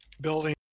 building